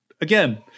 Again